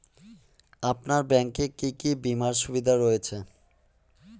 আপনার ব্যাংকে কি কি বিমার সুবিধা রয়েছে?